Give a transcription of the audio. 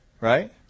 right